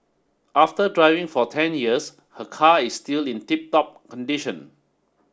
after driving for ten years her car is still in tip top condition